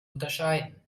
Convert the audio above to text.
unterscheiden